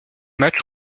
matchs